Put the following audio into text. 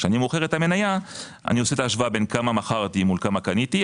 כשאני מוכר את המניה אני עושה את ההשוואה בין כמה מכרתי לכמה קניתי.